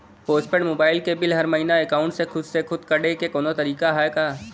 Post paid mobile क bill हर महिना एकाउंट से खुद से कटे क कौनो तरीका ह का?